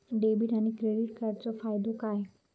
Debit आणि credit कार्डचो फायदो काय?